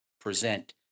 present